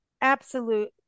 absolute